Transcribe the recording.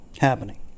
happening